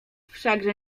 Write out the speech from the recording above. wszakże